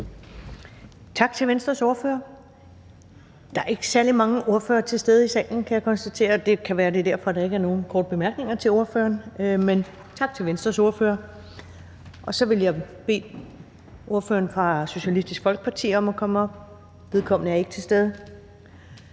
Tak til Venstres ordfører. Jeg kan konstatere, at der ikke er særlig mange ordførere til stede i salen i dag. Det kan være, at det er derfor, der ikke er nogen korte bemærkninger til ordføreren, men tak til Venstres ordfører. Så vil jeg bede ordføreren for Socialistisk Folkeparti om at komme op – vedkommende er ikke til stede.